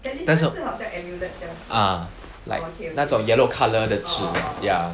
但是 ah like 那种 yellow colour 的纸 ya